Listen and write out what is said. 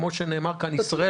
כמו שנאמר כאן, ישראל